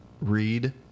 read